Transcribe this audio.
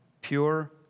pure